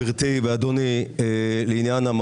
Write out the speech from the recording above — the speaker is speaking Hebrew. אתם מהדהדים את הפייק של ה-50 מיליון --- תן לי דוגמה,